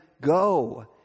go